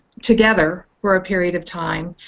together for a period of time